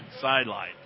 sideline